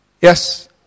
Yes